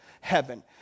heaven